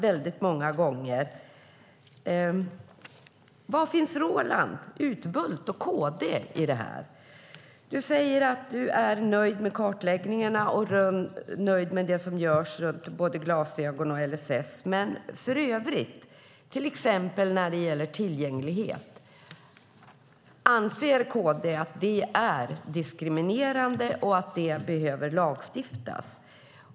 Var finns Roland Utbult och KD i detta? Du säger att du är nöjd med kartläggningarna och nöjd med det som görs i fråga om glasögon och LSS. Hur ställer sig KD till frågan om tillgänglighet? Anser KD att det är diskriminerande och att det behöver lagstiftas?